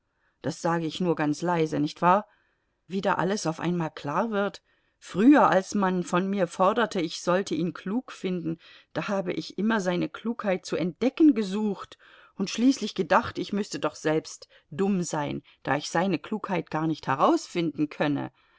das sage ich nur ganz leise nicht wahr wie da alles auf einmal klar wird früher als man von mir forderte ich sollte ihn klug finden da habe ich immer seine klugheit zu entdecken gesucht und schließlich gedacht ich müßte doch selbst dumm sein da ich seine klugheit gar nicht herausfinden könne